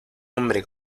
hombre